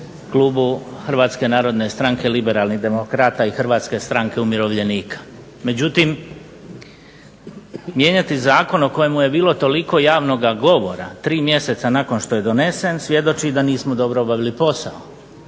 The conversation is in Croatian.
klubu HNS-a liberalnih demokrata i HSU-a. Međutim, mijenjati zakon o kojemu je bilo toliko javnog govora tri mjeseca nakon što je donesen svjedoči da nismo dobro obavili posao.